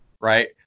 right